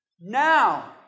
now